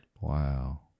Wow